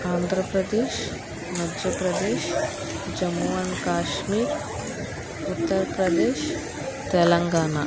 Andhra Pradesh Madhya Pradesh Jammu and Kashmir Uttar Pradesh Telangana